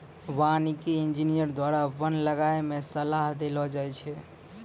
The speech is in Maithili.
वानिकी इंजीनियर द्वारा वन लगाय मे सलाह देलो जाय छै